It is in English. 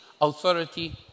authority